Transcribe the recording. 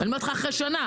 אני אומרת לך שאחרי שנה,